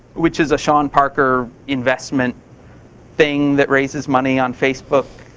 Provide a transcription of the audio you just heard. which is a sean parker investment thing that raises money on facebook,